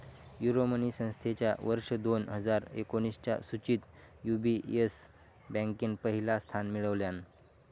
Euromoney संस्थेच्या वर्ष दोन हजार एकोणीसच्या सुचीत यू.बी.एस बँकेन पहिला स्थान मिळवल्यान